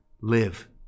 live